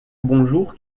bonjour